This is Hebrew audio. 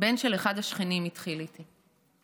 בן של אחד השכנים התחיל איתי.